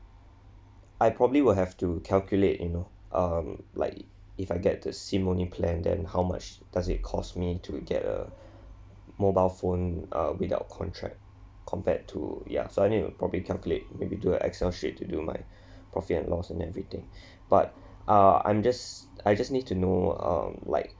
I probably will have to calculate you know um like if I get the S_I_M only plan then how much does it cost me to get a mobile phone uh without contract compared to ya so I need to properly calculate maybe do a excel sheet to do my profit and loss and everything but uh I'm just I just need to know um like